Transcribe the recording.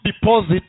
deposit